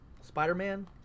Spider-Man